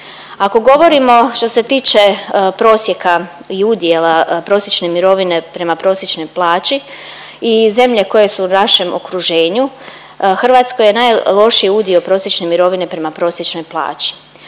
Ako govorimo što se tiče prosjeka i udjela prosječne mirovine prema prosječnoj plaći i zemlje koje su u našem okruženju Hrvatskoj je najlošiji udio prosječne mirovine prema prosječnoj plaći.